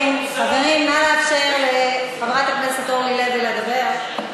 חברים, נא לאפשר לחברת הכנסת אורלי לוי לדבר.